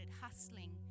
hustling